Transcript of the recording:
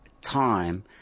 time